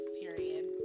period